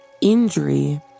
Injury